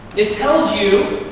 it tells you